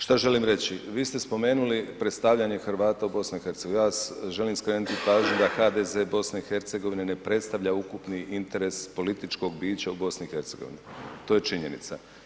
Šta želim reći, vi ste spomenuli predstavljanje Hrvata u BiH, ja želim skrenuti pažnju da HDZ BiH ne predstavlja ukupni interes političkog bića u BiH, to je činjenica.